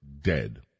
dead